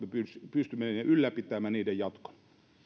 pystymme ylläpitämään niiden jatkon